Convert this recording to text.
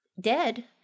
Dead